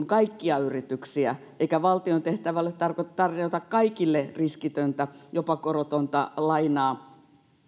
kaikkia yrityksiä eikä valtion tehtävä ole tarjota kaikille riskitöntä jopa korotonta lainaa